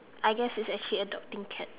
I guess it's as same as adopting cats